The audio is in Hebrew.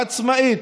עצמאית,